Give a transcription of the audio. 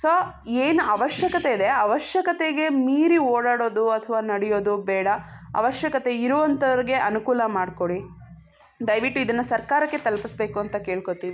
so ಏನು ಅವಶ್ಯಕತೆ ಇದೆ ಅವಶ್ಯಕತೆಗೆ ಮೀರಿ ಓಡಾಡೋದು ಅಥವಾ ನಡೆಯೋದು ಬೇಡ ಅವಶ್ಯಕತೆ ಇರುವಂತವ್ರಿಗೆ ಅನುಕೂಲ ಮಾಡಿಕೊಡಿ ದಯವಿಟ್ಟು ಇದನ್ನು ಸರ್ಕಾರಕ್ಕೆ ತಲ್ಪಿಸ್ಬೇಕು ಅಂತ ಕೇಳ್ಕೊತೀವಿ